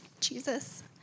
jesus